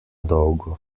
dolgo